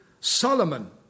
Solomon